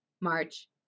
March